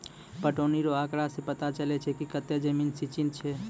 पटौनी रो आँकड़ा से पता चलै छै कि कतै जमीन सिंचित छै